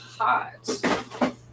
hot